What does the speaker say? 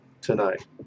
tonight